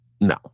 No